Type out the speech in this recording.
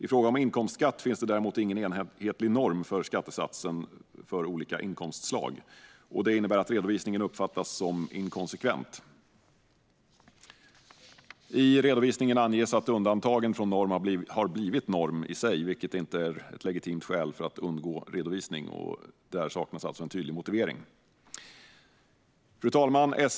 I fråga om inkomstskatt finns det däremot ingen enhetlig norm för skattesatsen för olika inkomstslag. Det innebär att redovisningen uppfattas som inkonsekvent. I redovisningen anges att undantagen från normen har blivit en norm i sig, vilket inte är ett legitimt skäl för att undgå redovisning. Där saknas alltså en tydlig motivering. Fru talman!